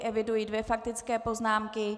Eviduji dvě faktické poznámky.